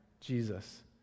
Jesus